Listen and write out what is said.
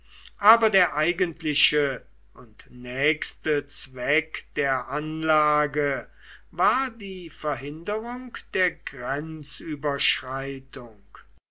aber der eigentliche und nächste zweck der anlage war die verhinderung der